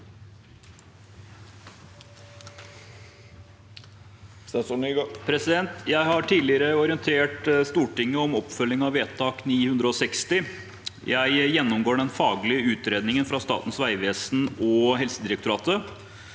Jeg har tidli- gere orientert Stortinget om oppfølging av vedtak 960. Jeg gjennomgår den faglige utredningen fra Statens vegvesen og Helsedirektoratet.